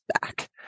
back